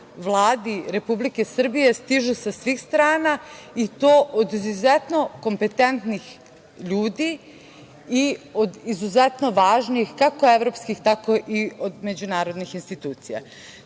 Vladi Republike Srbije stižu sa svih strana, i to od izuzetno kompetentnih ljudi i od izuzetno važnih kako evropskih, tako i međunarodnih institucija. Takođe,